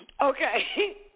Okay